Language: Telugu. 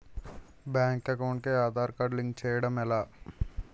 బ్యాంక్ అకౌంట్ కి ఆధార్ కార్డ్ లింక్ చేయడం ఎలా?